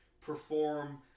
perform